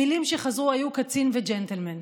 המילים שחזרו: קצין וג'נטלמן,